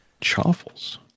Chaffles